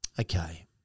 okay